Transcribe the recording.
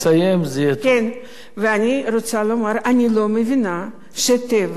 אני רוצה לומר שאני לא מבינה למה "טבע" משלמת